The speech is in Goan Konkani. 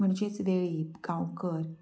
म्हणजेच वेळीप गांवकर